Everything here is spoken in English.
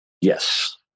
Yes